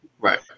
right